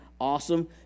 awesome